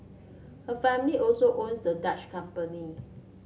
her family also owns the Dutch company